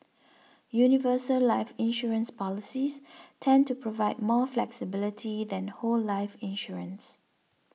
universal life insurance policies tend to provide more flexibility than whole life insurance